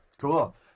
Cool